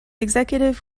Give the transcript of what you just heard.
executive